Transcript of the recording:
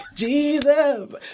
Jesus